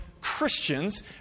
Christians